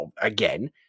again